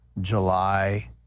July